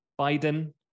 Biden